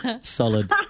Solid